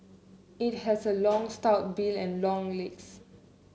it has a long stout bill and long legs